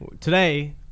Today